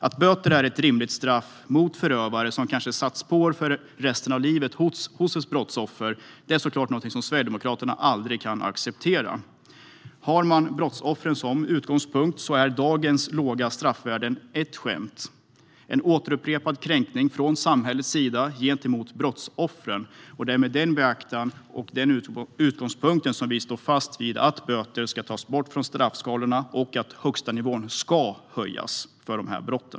Att böter är ett rimligt straff för förövare som kanske satt spår för resten av livet hos ett brottsoffer är såklart någonting som Sverigedemokraterna aldrig kan acceptera. Har man brottsoffren som utgångspunkt är dagens låga straffvärden ett skämt - det är en återupprepad kränkning från samhällets sida gentemot brottsoffren. Det är med beaktande av den utgångspunkten som vi står fast vid att böter ska tas bort från straffskalorna och att högsta nivån ska höjas för dessa brott.